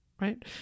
right